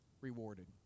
rewarded